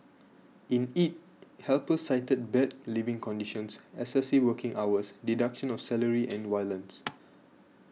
in it helpers cited bad living conditions excessive working hours deduction of salary and violence